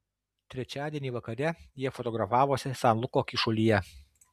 trečiadienį vakare jie fotografavosi san luko kyšulyje